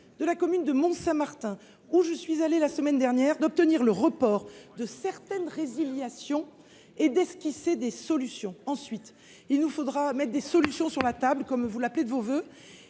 de la commune de Mont Saint Martin où je me suis rendue la semaine dernière, d’obtenir le report de certaines résiliations et d’esquisser des solutions. Il nous faudra ensuite mettre des solutions sur la table, comme vous l’appelez de vos vœux.